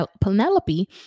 Penelope